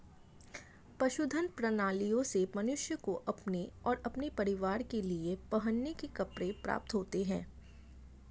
पशुधन प्रणालियों से मनुष्य को अपने और अपने परिवार के लिए पहनने के कपड़े प्राप्त होते हैं